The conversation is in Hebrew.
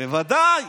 בוודאי.